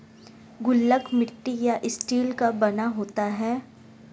गुल्लक मिट्टी या स्टील का बना होता है